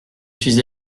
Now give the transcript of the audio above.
suis